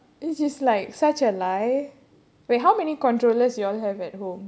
dude ya which is like such a lie wait how many controllers you all have at home